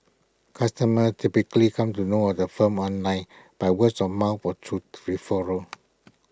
customers typically come to know of the firms online by words of mouth or through referrals